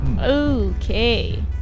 Okay